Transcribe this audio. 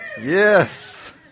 Yes